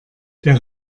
der